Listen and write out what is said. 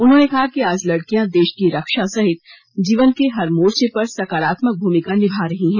उन्होंने कहा कि आज लडकियां देश की रक्षा सहित जीवन के हर मोर्चे पर सकारात्मक भूमिका निभा रही हैं